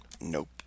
Nope